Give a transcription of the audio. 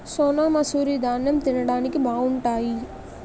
సోనామసూరి దాన్నెం తిండానికి బావుంటాయి